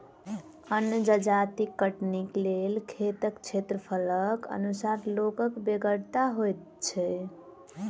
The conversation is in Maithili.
अन्न जजाति कटनीक लेल खेतक क्षेत्रफलक अनुसार लोकक बेगरता होइत छै